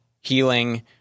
healing